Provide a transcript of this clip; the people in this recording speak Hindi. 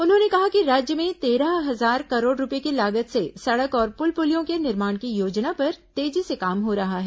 उन्होंने कहा कि राज्य में तेरह हजार करोड़ रूपये की लागत से सड़क और पुल पुलियों के निर्माण की योजना पर तेजी से काम हो रहा है